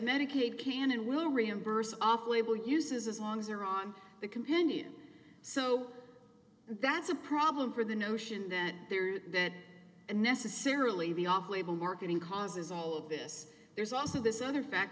medicaid can and will reimburse off label uses as long as they're on the companion so that's a problem for the notion that there's that and necessarily the off label marketing causes all of this there's also this other fact